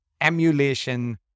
emulation